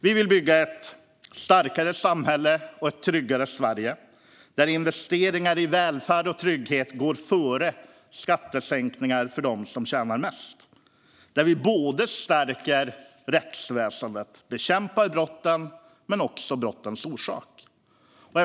Vi vill bygga ett starkare samhälle och ett tryggare Sverige där investeringar i välfärd och trygghet går före skattesänkningar för dem som tjänar mest. Vi vill ha ett samhälle där vi både stärker rättsväsendet och bekämpar brotten men också brottens orsaker.